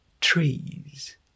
trees